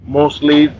mostly